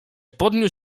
podniósł